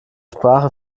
sprache